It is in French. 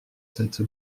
cette